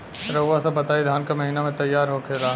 रउआ सभ बताई धान क महीना में तैयार होखेला?